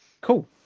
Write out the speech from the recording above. Cool